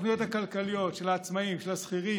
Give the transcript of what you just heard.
התוכניות הכלכליות של העצמאים, של השכירים,